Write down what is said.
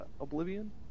Oblivion